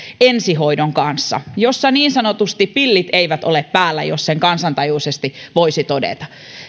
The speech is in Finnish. ensihoidon kanssa joissa niin sanotusti pillit eivät ole päällä jos sen kansantajuisesti voisi todeta